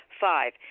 Five